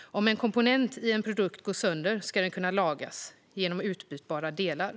Om en komponent i en produkt går sönder ska den kunna lagas genom utbytbara delar.